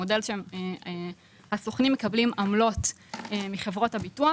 המודל שהסוכנים מקבלים עמלות מחברות הביטוח